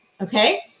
okay